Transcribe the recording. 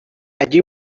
allí